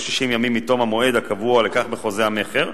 60 ימים מתום המועד הקבוע לכך בחוזה המכר,